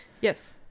Yes